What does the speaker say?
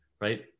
right